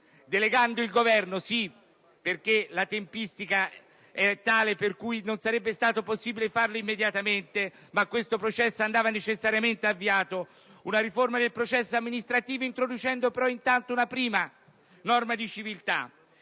delegato il Governo - sì, perché la tempistica è tale per cui non sarebbe stato possibile farlo immediatamente, ma questo processo andava necessariamente avviato - ad adottare una riforma del processo amministrativo, introducendo però intanto una prima norma di civiltà